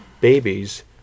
babies